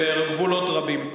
בגבולות רבים.